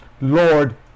Lord